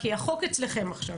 כי החוק אצלכם עכשיו.